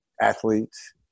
athletes